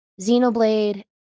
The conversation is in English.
Xenoblade